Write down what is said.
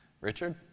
Richard